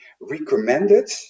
recommended